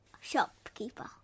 shopkeeper